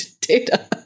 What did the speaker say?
data